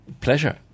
Pleasure